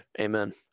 Amen